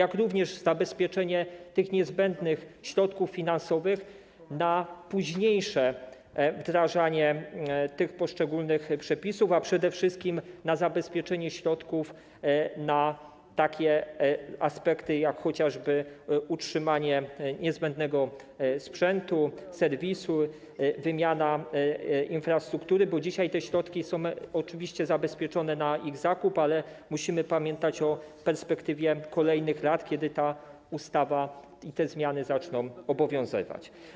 Chodzi również o zabezpieczenie niezbędnych środków finansowych na późniejsze wdrażanie poszczególnych przepisów, a przede wszystkim na zabezpieczenie środków na takie aspekty jak chociażby utrzymanie niezbędnego sprzętu, serwisu, wymiana infrastruktury, bo dzisiaj są oczywiście zabezpieczone środki na ich zakup, ale musimy pamiętać o perspektywie kolejnych lat, kiedy ustawa i te zmiany zaczną obowiązywać.